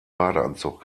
badeanzug